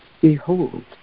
Behold